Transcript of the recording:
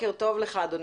בוקר טוב לך אדוני.